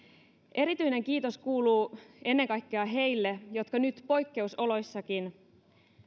erityinen kiitos kuuluu ennen kaikkea heille jotka nyt poikkeusoloissakin